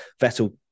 Vettel